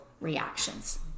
reactions